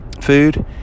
food